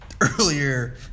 earlier